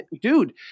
dude